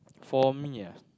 for me